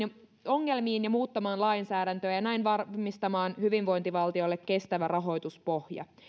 ongelmiin ja muuttamaan lainsäädäntöä ja näin varmistamaan hyvinvointivaltiolle kestävä rahoituspohja